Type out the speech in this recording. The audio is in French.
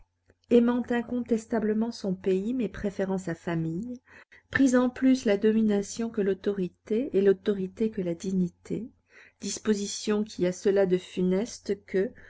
aimant incontestablement son pays mais préférant sa famille prisant plus la domination que l'autorité et l'autorité que la dignité disposition qui a cela de funeste que